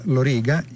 Loriga